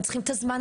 הם צריכים את הזמן,